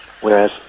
whereas